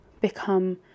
become